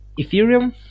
Ethereum